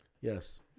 Yes